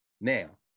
Now